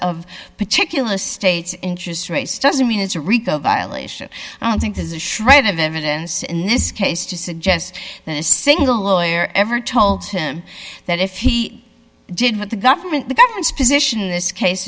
of particular state's interest rates doesn't mean it's a rico violation i don't think there's a shred of evidence in this case to suggest that a single lawyer ever told him that if he did what the government the government's position in this case